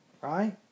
right